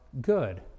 good